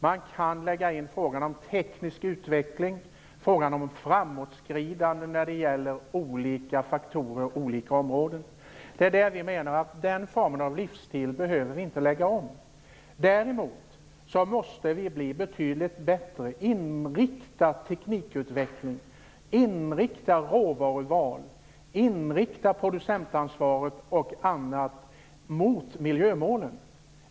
Man kan lägga in frågan om teknisk utveckling, frågan om framåtskridande när det gäller olika faktorer på olika områden. Vi menar att vi inte behöver lägga om den formen av livsstil. Däremot måste vi bli betydligt bättre på att inrikta teknikutveckling, råvaruval och producentansvar och annat mot miljömålen.